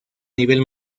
nivel